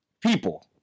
people